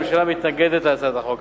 הממשלה מתנגדת להצעת החוק,